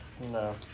No